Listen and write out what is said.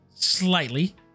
slightly